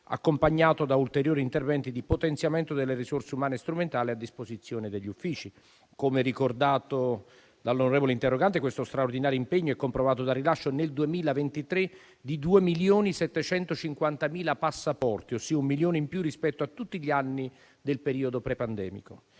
accompagnato da ulteriori interventi di potenziamento delle risorse umane e strumentali a disposizione degli uffici. Come ricordato dall'onorevole interrogante, questo straordinario impegno è comprovato dal rilascio nel 2023 di 2.750.000 passaporti, cioè un milione in più rispetto a tutti gli anni del periodo pre-pandemico.